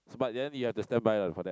but then you have to standby ah for that